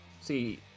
See